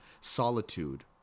Solitude